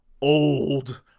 old